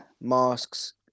masks